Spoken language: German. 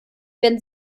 wenn